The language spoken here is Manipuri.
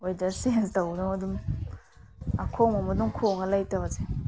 ꯋꯦꯗꯔ ꯆꯦꯟꯖ ꯇꯧꯕꯗꯧꯅ ꯑꯗꯨꯝ ꯑꯈꯣꯡꯕ ꯑꯃ ꯑꯗꯨꯝ ꯈꯣꯡꯉ ꯂꯩꯇꯕꯁꯦ